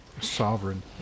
sovereign